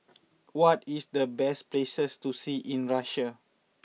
what is the best places to see in Russia